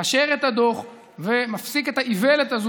מאשר את הדוח ומפסיק את האיוולת הזאת